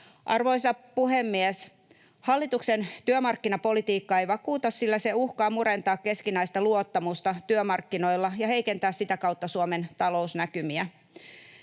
Arvoisa puhemies! Hallituksen työmarkkinapolitiikka ei vakuuta, sillä se uhkaa murentaa keskinäistä luottamusta työmarkkinoilla ja heikentää sitä kautta Suomen talousnäkymiä.